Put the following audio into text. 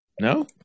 no